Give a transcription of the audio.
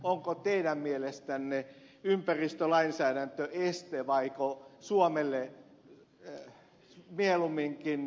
onko teidän mielestänne ympäristölainsäädäntö este vaiko suomelle mieluumminkin voimavara